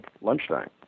lunchtime